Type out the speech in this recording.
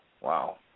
wow